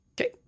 Okay